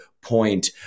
point